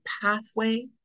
pathway